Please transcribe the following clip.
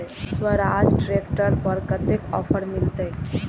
Swaraj tractor पर कतेक offer मिलते?